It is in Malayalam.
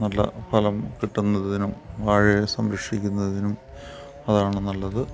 നല്ല ഫലം കിട്ടുന്നതിനും വാഴയെ സംരക്ഷിക്കുന്നതിനും അതാണ് നല്ലത്